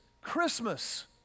Christmas